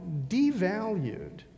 devalued